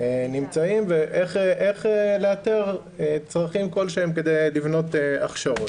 נמצאים ואיך לאתר צרכים כלשהם כדי לבנות הכשרות.